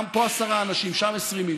פה עשרה אנשים, שם 20 איש.